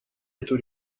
эту